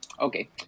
Okay